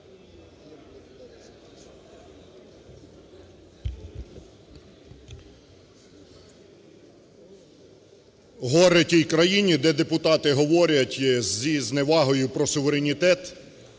Горе тій країні, де депутати говорять із зневагою про суверенітет,